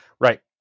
Right